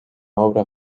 obra